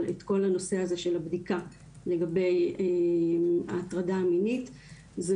את כל הנושא הזה של הבדיקה לגבי ההטרדה המינית זו